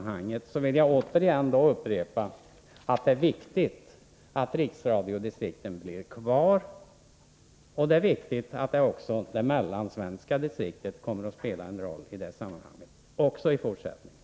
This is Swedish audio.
Jag vill återigen upprepa att det är viktigt att riksradiodistrikten blir kvar och att även det mellansvenska distriktet får spela en roll i detta sammanhang också i fortsättningen.